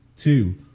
Two